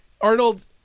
Arnold